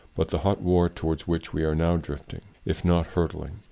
but the hot war to wards which we are now drifting, if not hurtling,